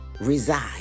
reside